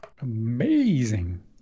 Amazing